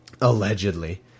allegedly